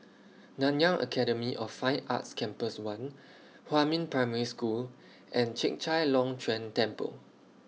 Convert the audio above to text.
Nanyang Academy of Fine Arts Campus one Huamin Primary School and Chek Chai Long Chuen Temple